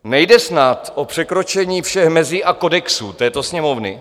Nejde snad o překročení všech mezí a kodexů této Sněmovny?